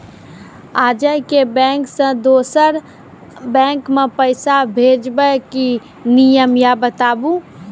आजे के बैंक से दोसर बैंक मे पैसा भेज ब की नियम या बताबू?